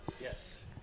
Yes